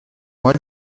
moi